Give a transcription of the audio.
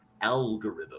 algorithm